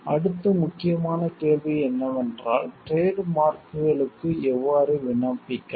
அடுத்த முக்கியமான கேள்வி என்னவென்றால் டிரேட் மார்க்களுக்கு எவ்வாறு விண்ணப்பிக்கலாம்